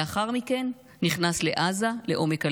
לאחר מכן נכנס לעזה, לעומק הלחימה.